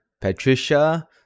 Patricia